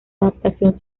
adaptación